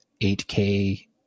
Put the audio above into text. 8K